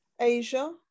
asia